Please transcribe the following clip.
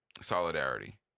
solidarity